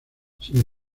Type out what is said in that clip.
sin